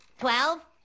Twelve